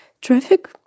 traffic